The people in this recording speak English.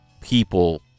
people